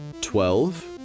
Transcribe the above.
twelve